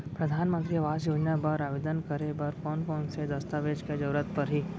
परधानमंतरी आवास योजना बर आवेदन करे बर कोन कोन से दस्तावेज के जरूरत परही?